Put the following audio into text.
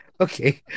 Okay